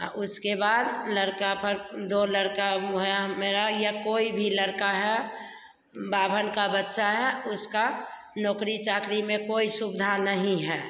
आ उसके बाद लड़का पर दो लड़का हुआ मेरा या कोई भी लड़का है बावन का बच्चा है उसका नौकरी चाकरी में कोई सुविधा नहीं है